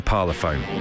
Parlophone